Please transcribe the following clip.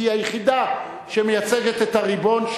כי היא היחידה שמייצגת את הריבון,